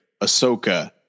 Ahsoka